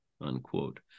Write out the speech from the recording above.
unquote